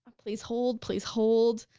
please hold, please hold.